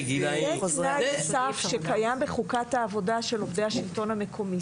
זה תנאי סף שקיים בחוקת העבודה של עובדי השלטון המקומי.